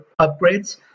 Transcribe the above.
upgrades